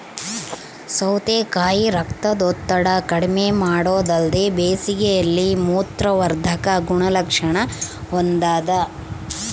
ಸೌತೆಕಾಯಿ ರಕ್ತದೊತ್ತಡ ಕಡಿಮೆಮಾಡೊದಲ್ದೆ ಬೇಸಿಗೆಯಲ್ಲಿ ಮೂತ್ರವರ್ಧಕ ಗುಣಲಕ್ಷಣ ಹೊಂದಾದ